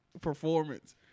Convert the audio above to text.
Performance